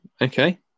Okay